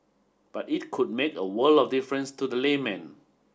but it could make a world of difference to the layman